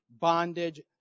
bondage